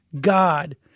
God